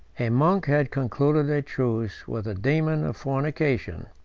a monk had concluded a truce with the daemon of fornication,